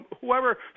whoever